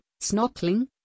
snorkeling